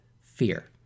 fear